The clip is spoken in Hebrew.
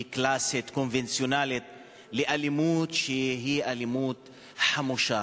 קלאסית קונבנציונלית לאלימות שהיא אלימות חמושה.